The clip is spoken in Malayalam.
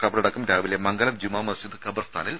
കബറടക്കം രാവിലെ മംഗലം ജുമാ മസ്ജിദ് ഖബർസ്ഥാനിൽ